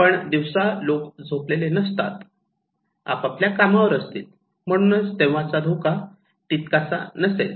पण दिवसा लोक झोपलेली नसतील आपापल्या कामावर असतील म्हणून तेव्हा चा धोका तितका नसेल